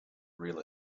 real